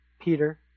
Peter